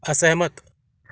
असहमत